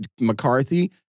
McCarthy